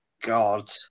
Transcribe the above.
god